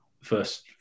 first